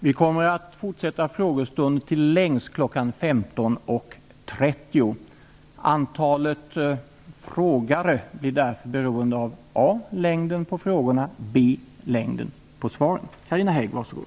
Vi kommer som längst att fortsätta frågestunden till kl. 15.30. Antalet frågare blir därför beroende frågornas och svarens längd.